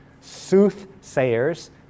soothsayers